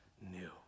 new